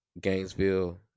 Gainesville